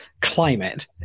climate